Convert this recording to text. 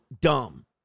dumb